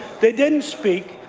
they didn't speak,